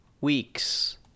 weeks